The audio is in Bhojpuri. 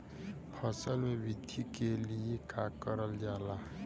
फसल मे वृद्धि के लिए का करल जाला?